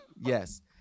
Yes